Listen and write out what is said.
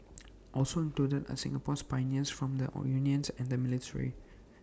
also included are Singapore's pioneers from the unions and the military